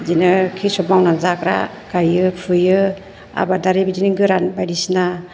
बिदिनो कृसक मावनानै जाग्रा गायो फुयो आबादारि बिदिनो गोरान बायदिसिना